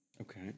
okay